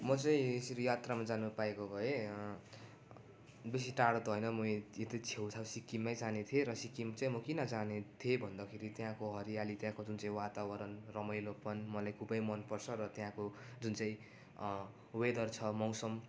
म चाहिँ यसरी यात्रामा जानु पाएको भए बेसी टाढो त होइन म यता छेउछाउ सिक्किममै जाने थिएँ र सिक्किम चाहिँ म किन जाने थिएँ भन्दाखेरि त्यहाँको हरियाली त्यहाँको जुन चाहिँ वातावरण रमाइलोपन मलाई खुबै मनपर्छ र त्यहाँको जुन चाहिँ वेदर छ मौसम